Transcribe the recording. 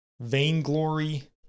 vainglory